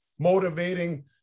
motivating